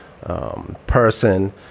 Person